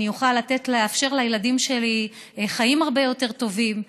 אני אוכל לאפשר לילדים שלי חיים הרבה יותר טובים,